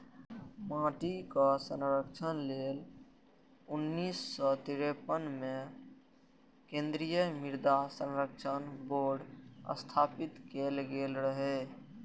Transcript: माटिक संरक्षण लेल उन्नैस सय तिरेपन मे केंद्रीय मृदा संरक्षण बोर्ड स्थापित कैल गेल रहै